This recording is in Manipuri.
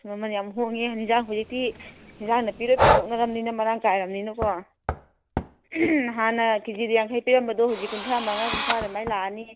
ꯃꯃꯜ ꯌꯥꯝ ꯍꯣꯡꯉꯦ ꯍꯦꯟꯖꯥꯡ ꯍꯧꯖꯤꯛꯇꯤ ꯍꯦꯟꯖꯥꯡ ꯅꯥꯄꯤ ꯂꯣꯏꯅ ꯄꯨꯊꯣꯛꯅꯔꯕꯅꯤꯅ ꯃꯔꯥꯡ ꯀꯥꯏꯔꯕꯅꯤꯅꯀꯣ ꯍꯥꯟꯅ ꯀꯦꯖꯤꯗ ꯌꯥꯡꯈꯩ ꯄꯤꯔꯝꯕꯗꯣ ꯍꯧꯖꯤꯛ ꯀꯨꯟꯊ꯭ꯔꯥꯃꯉꯥ ꯀꯨꯟꯊ꯭ꯔꯥ ꯑꯗꯨꯃꯥꯏꯅ ꯂꯥꯛꯑꯅꯤ